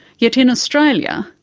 yet in australia,